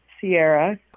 Sierra